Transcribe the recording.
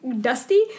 dusty